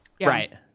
Right